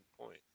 point